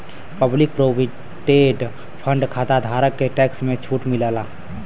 public provident fund खाताधारक के tax में छूट मिलला